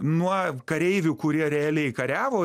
nuo kareivių kurie realiai kariavo